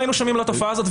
מה שטוב בהצעת החוק הזאת,